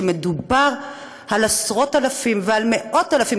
מדובר על עשרות אלפים ועל מאות אלפים,